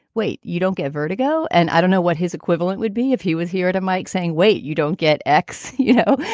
wait, you don't get vertigo? and i don't know what his equivalent would be if he was here at a mike saying, wait, you don't get x, you know?